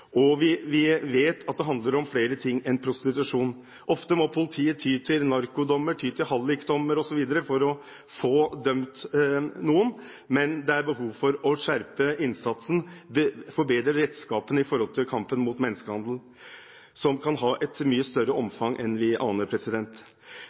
og vi vet at det handler om flere ting enn prostitusjon. Ofte må politiet ty til narkodommer, til hallikdommer osv. for å få dømt noen, men det er behov for å skjerpe innsatsen, forbedre redskapene i forhold til kampen mot menneskehandel, som kan ha et mye større